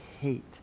hate